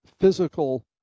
physical